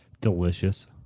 Delicious